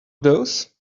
those